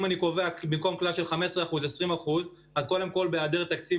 אם אני קובע כלל של 20% במקום 15% אז קודם כול בהיעדר תקציב,